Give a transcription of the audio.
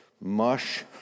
mush